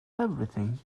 everything